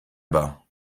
bas